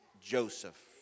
Joseph